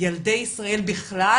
ילדי ישראל בכלל,